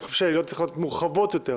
אני חושב שהעילות צריכות להיות מורחבות יותר,